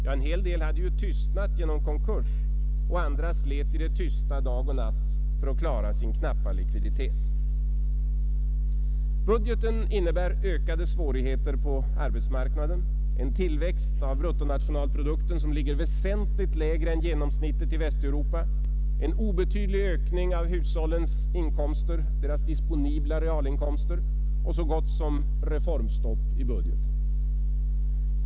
Ja, en hel del hade ju tystnat genom konkurs, och andra slet i det tysta dag och natt för att klara sin knappa likviditet. Budgeten innebär ökade svårigheter på arbetsmarknaden, en tillväxt av bruttonationalprodukten som ligger väsentligt lägre än genomsnittet i Västeuropa, en obetydlig ökning av hushållens disponibla realinkomster och så gott som reformstopp.